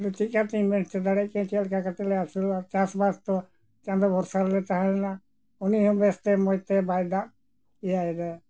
ᱟᱫᱚ ᱪᱤᱠᱟᱹᱛᱤᱧ ᱢᱮᱱ ᱦᱚᱪᱚ ᱫᱟᱲᱮᱭᱟᱜ ᱠᱟᱱᱟ ᱪᱮᱫ ᱞᱮᱠᱟ ᱠᱟᱛᱮᱞᱮ ᱟᱹᱥᱩᱞᱚᱜᱼᱟ ᱪᱟᱥ ᱵᱟᱥ ᱫᱚ ᱪᱟᱸᱫᱳ ᱵᱷᱚᱨᱥᱟ ᱨᱮᱞᱮ ᱛᱟᱦᱮᱸ ᱞᱮᱱᱟ ᱩᱱᱤᱦᱚᱸ ᱵᱮᱥᱛᱮ ᱢᱚᱡᱽᱛᱮ ᱵᱟᱭ ᱫᱟᱜ ᱮᱫᱟᱭ